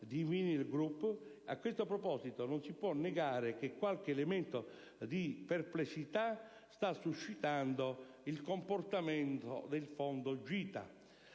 di Vinyls Group. A questo proposito, non si può negare che qualche elemento di perplessità sta suscitando il comportamento del fondo GITA.